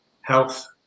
Health